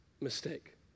mistake